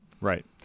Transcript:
Right